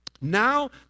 Now